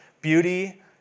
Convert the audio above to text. beauty